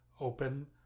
open